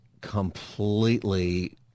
completely